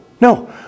no